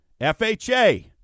FHA